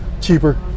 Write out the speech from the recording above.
cheaper